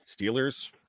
Steelers